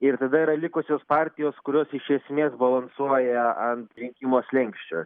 ir tada yra likusios partijos kurios iš esmės balansuoja ant rinkimo slenksčio